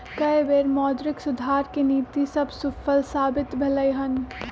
कय बेर मौद्रिक सुधार के नीति सभ सूफल साबित भेलइ हन